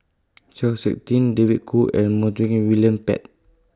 Chng Seok Tin David Kwo and Montague William Pett